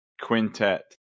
quintet